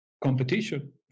competition